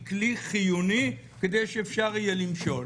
הקיימת יש שינויים שנעשים.